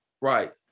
Right